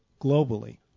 globally